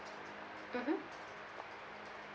mmhmm